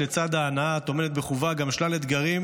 לצד ההנאה טומנת בחובה גם שלל אתגרים,